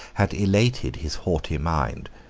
had elated his haughty mind,